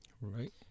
right